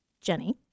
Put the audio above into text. Jenny